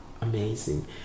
amazing